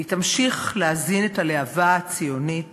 והיא תמשיך להזין את הלהבה הציונית